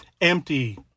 Empty